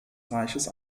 reiches